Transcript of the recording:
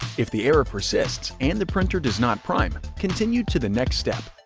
if the error persists and the printer does not prime, continue to the next step.